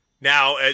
Now